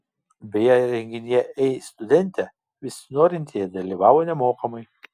beje renginyje ei studente visi norintieji dalyvavo nemokamai